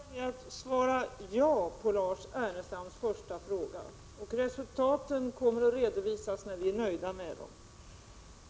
Om Akäsden (ot aR 7 z minska antalet trafik Herr talman! Jag får avsluta med att svara ja på Lars Ernestams första å dödade renar fråga. Resultaten kommer att redovisas när vi är nöjda med dem.